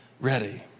ready